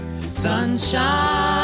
Sunshine